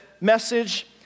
message